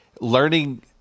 Learning